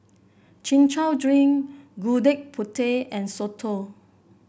Chin Chow Drink Gudeg Putih and soto